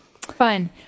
Fun